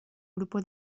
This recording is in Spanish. grupo